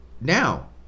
Now